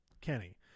Kenny